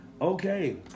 Okay